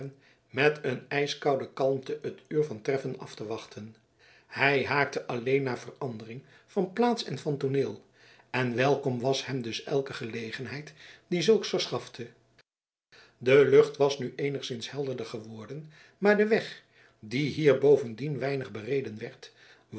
met een ijskoude kalmte het uur van treffen af te wachten hij haakte alleen naar verandering van plaats en van tooneel en welkom was hem dus elke gelegenheid die zulks verschafte de lucht was nu eenigszins helderder geworden maar de weg die hier bovendien weinig